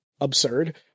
absurd